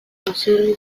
baserri